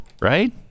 right